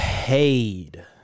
Paid